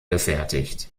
gefertigt